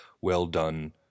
well-done